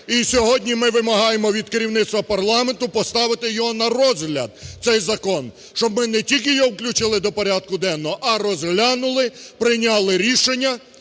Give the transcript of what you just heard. І сьогодні ми вимагаємо від керівництва парламенту поставити його на розгляд цей закон, щоб ми не тільки його включили до порядку денного, а розглянули, прийняли рішення